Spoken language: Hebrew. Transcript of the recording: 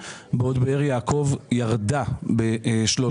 בין אם זה במכרזי רשות מקרקעי ישראל שתמיד הולכים בתיאום עם הרשויות,